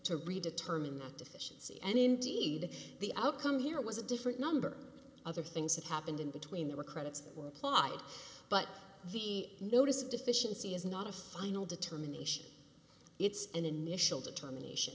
to redetermine that deficiency and indeed the outcome here was a different number other things that happened in between there were credits were applied but the notice of deficiency is not a final determination it's an initial determination